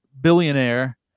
billionaire